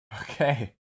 Okay